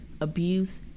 abuse